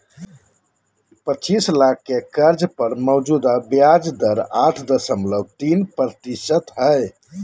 पचीस लाख के कर्ज पर मौजूदा ब्याज दर आठ दशमलब तीन प्रतिशत हइ